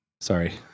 Sorry